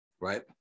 right